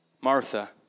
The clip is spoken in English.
Martha